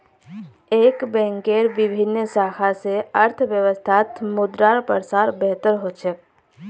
एक बैंकेर विभिन्न शाखा स अर्थव्यवस्थात मुद्रार प्रसार बेहतर ह छेक